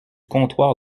comptoir